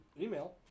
email